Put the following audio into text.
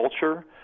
culture